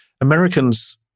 Americans